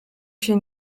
się